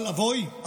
אבל אבוי,